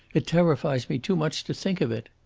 it terrifies me too much to think of it.